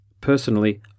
Personally